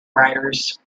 writers